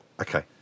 Okay